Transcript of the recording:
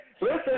Listen